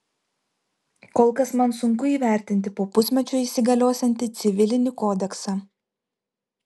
kol kas man sunku įvertinti po pusmečio įsigaliosiantį civilinį kodeksą